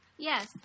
Yes